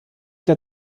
der